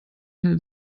keine